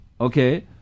Okay